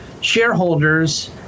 shareholders